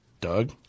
Doug